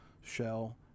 shell